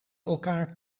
elkaar